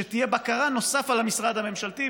כדי שתהיה בקרה נוסף על המשרד הממשלתי,